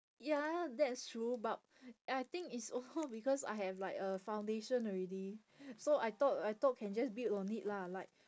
ya that's true but I think it's also because I have like a foundation already so I thought I thought can just build on it lah like